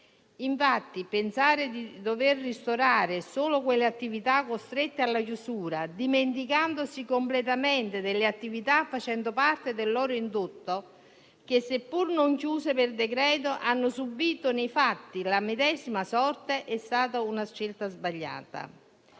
Infatti, pensare di dover ristorare solo le attività costrette alla chiusura, dimenticandosi completamente di quelle facenti parte del loro indotto che, seppur non chiuse per decreto, hanno subito nei fatti la medesima sorte, è stata una scelta sbagliata.